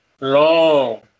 long